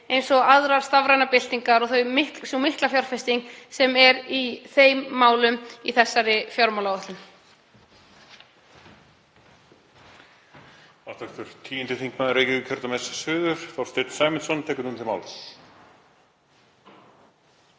eins og aðrar stafrænar byltingar og þá miklu fjárfestingu sem er í þeim málum í þessari fjármálaáætlun.